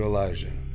Elijah